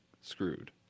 screwed